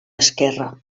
esquerre